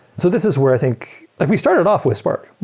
so this is where think we started off with spark.